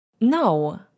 No